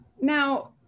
now